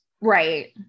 right